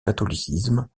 catholicisme